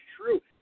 true